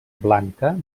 blanca